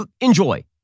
Enjoy